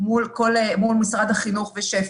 ומול משרד החינוך ושפ"י.